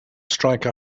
strike